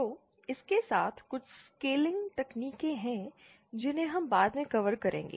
तो इसके साथ कुछ स्केलिंग तकनीकें हैं जिन्हें हम बाद में कवर करेंगे